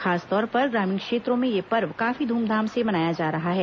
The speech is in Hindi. खासतौर पर ग्रामीण क्षेत्रों में यह पर्व काफी ध्रमधाम से मनाया जा रहा है